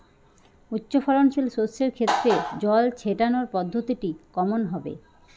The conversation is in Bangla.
উচ্চফলনশীল শস্যের ক্ষেত্রে জল ছেটানোর পদ্ধতিটি কমন হবে?